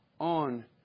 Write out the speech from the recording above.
on